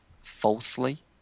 falsely